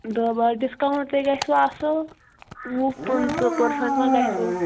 دَہ بہہ ڈِسکاوُنٛٹ تے گَژھِوٕ اَصٕل وُہ پٕنٛژٕ پٔرسنٛٹ مہ گَژھیو